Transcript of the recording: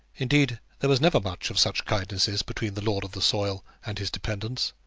indeed, there was never much of such kindnesses between the lord of the soil and his dependants.